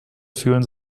fühlen